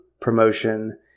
promotion